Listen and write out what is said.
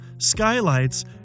skylights